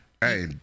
hey